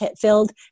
filled